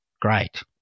Great